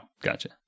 gotcha